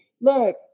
Look